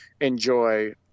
enjoy